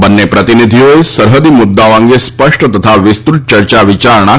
બંને પ્રતિનિધિઓએ સરહદી મુદ્દાઓ અંગે સ્પષ્ટ તથા વિસ્તૃત ચર્ચા વિચારણા કરી હતી